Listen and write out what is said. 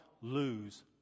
lose